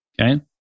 Okay